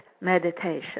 meditation